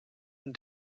and